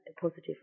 positive